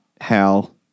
Hal